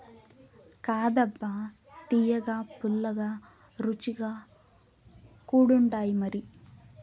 కాదబ్బా తియ్యగా, పుల్లగా, రుచిగా కూడుండాయిమరి